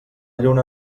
lluna